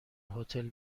هتل